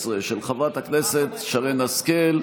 13, של חברת הכנסת שרן השכל.